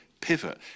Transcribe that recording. pivot